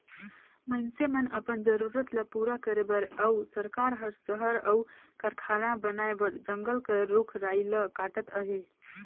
मइनसे मन अपन जरूरत ल पूरा करे बर अउ सरकार हर सहर अउ कारखाना बनाए बर जंगल कर रूख राई ल काटत अहे